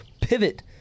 pivot